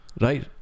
right